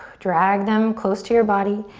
drag them close to your body,